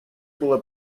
была